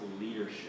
leadership